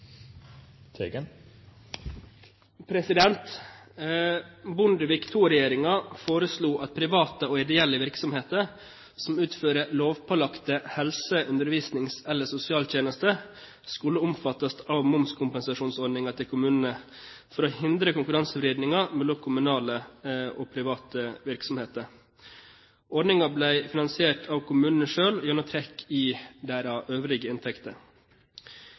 Bondevik II-regjeringen foreslo at private og ideelle virksomheter som utfører lovpålagte helse-, undervisnings- eller sosialtjenester, skulle omfattes av momskompensasjonsordningen til kommunene for å hindre konkurransevridninger mellom kommunale og private virksomheter. Ordningen ble finansiert av kommunene selv gjennom trekk i deres øvrige inntekter.